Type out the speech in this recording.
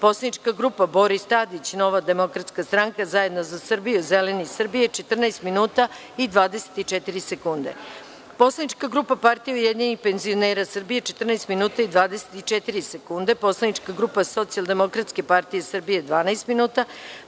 Poslanička grupa Boris Tadić – Nova demokratska stranka, Zajedno za Srbiju, Zeleni Srbije – 14 minuta i 24 sekunde; Poslanička grupa Partija ujedinjenih penzionera Srbije – 14 minuta i 24 sekunde; Poslanička grupa Socijaldemokratska partija Srbije – 12 minuta;